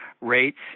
rates